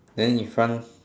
then in front